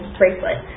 bracelet